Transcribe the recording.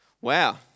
wow